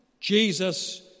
Jesus